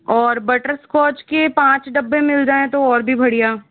और बटरस्कॉच के पाँच डब्बे मिल जाएँ तो और भी बढ़िया